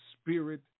spirit